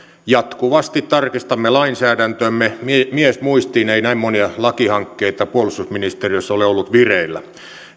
jatkuvasti tarkistamme lainsäädäntöämme miesmuistiin ei näin monia lakihankkeita puolustusministeriössä ole ollut vireillä